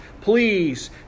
please